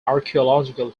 archaeological